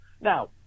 Now